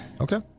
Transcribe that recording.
Okay